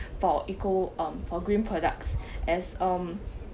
for eco on for green products as um